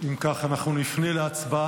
אם כך, אנחנו נפנה להצבעה.